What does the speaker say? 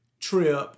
trip